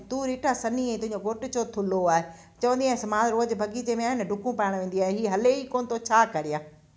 तूं रीटा सन्ही आहे तुंहिंजो घोटु छो थुलो आहे चवंदी आहियसि मां रोजु बाग़ीचे में आहे न डुकूं पाइणु वेंदी आहियां हीउ हले ई कोन थो छा कयां